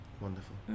Wonderful